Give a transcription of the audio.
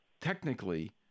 technically